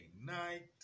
night